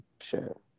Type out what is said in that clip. sure